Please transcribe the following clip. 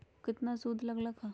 केतना सूद लग लक ह?